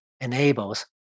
enables